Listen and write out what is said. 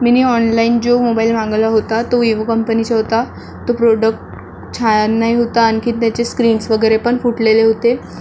मी नी ऑनलाइन जो मोबाईल मागवला होता तो विवो कंपनीचा होता तो प्रोडक्ट छान नाही होता आणखीन त्याचे स्क्रीन्स वगैरे पण फुटलेले होते